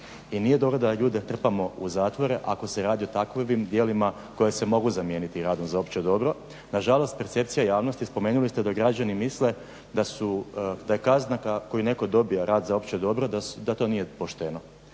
nije dobro da ljude trpamo u zatvore ako se radi o takovim djelima koja se mogu zamijeniti radom za opće dobro. Na žalost, percepcija javnosti je, spomenuli ste da građani misle da su, da je kazna koju netko dobije rad za opće dobro da to nije pošteno.